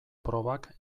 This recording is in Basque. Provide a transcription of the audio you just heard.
probak